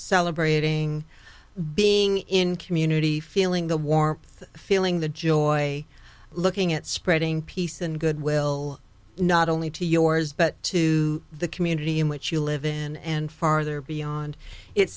celebrating being in community feeling the warmth feeling the joy looking at spreading peace and goodwill not only to yours but to the community in which you live in and farther beyond it